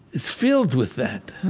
filled with that.